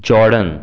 Jordan